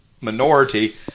minority